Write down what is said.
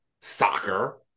soccer